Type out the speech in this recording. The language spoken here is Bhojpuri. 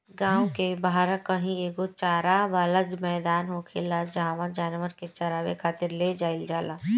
गांव के बाहरा कही एगो चारा वाला मैदान होखेला जाहवा जानवर के चारावे खातिर ले जाईल जाला